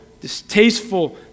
distasteful